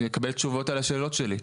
אני רוצה לקבל תשובות על השאלות שלי,